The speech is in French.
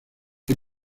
est